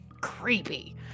creepy